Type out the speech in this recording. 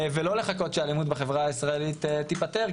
ולא לחכות שהאלימות בחברה הישראלית תיפתר,